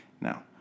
Now